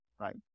right